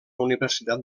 universitat